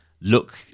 look